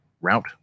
route